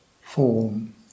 form